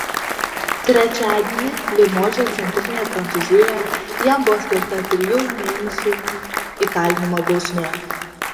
trečiadienį limože centrinėje prancūzijoje jam buvo skirta trijų mėnesių įkalinimo bausmė